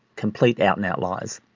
complete out and out lies.